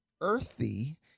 earthy